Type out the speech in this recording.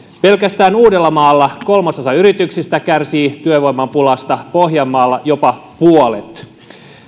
pelkästään uudellamaalla kolmasosa yrityksistä kärsii työvoimapulasta pohjanmaalla jopa puolet